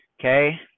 Okay